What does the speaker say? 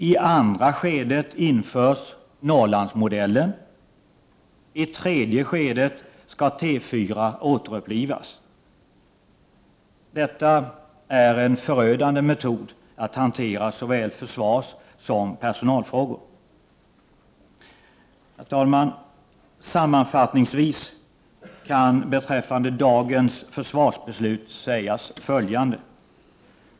I andra skedet införs Norrlandsmodellen. I tredje skedet skall T4 återupplivas. Detta är en förödande metod att hantera såväl försvarssom personalfrågor. Herr talman! Sammanfattningsvis kan beträffande dagens försvarsbeslut sägas följande.